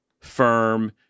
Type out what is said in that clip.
firm